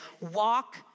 walk